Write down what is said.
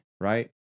right